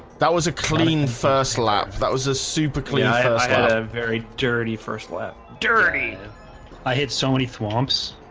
that was a clean first lap that was a super clean i had had a very dirty first lap dirty i hit so many swamps.